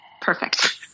Perfect